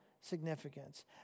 significance